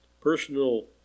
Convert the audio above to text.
Personal